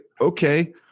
okay